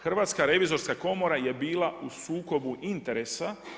Hrvatska revizorska komora je bila u sukobu interesa.